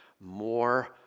more